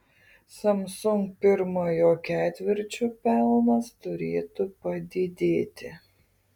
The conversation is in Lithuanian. samsung pirmojo ketvirčio pelnas turėtų padidėti